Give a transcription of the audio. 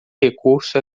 recurso